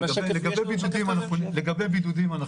לגבי בידודים,